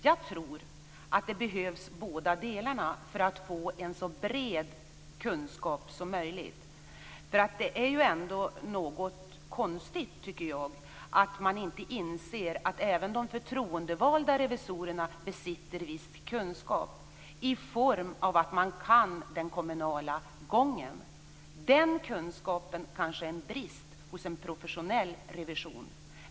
Jag tror att båda delarna behövs för att få en så bred kunskap som möjligt, för det är ändå något konstigt, tycker jag, att man inte inser att även de förtroendevalda revisorerna besitter viss kunskap i form av att de kan den kommunala gången. Den kunskapen kanske är en brist hos en professionell revisor.